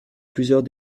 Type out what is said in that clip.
plusieurs